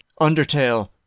undertale